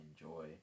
enjoy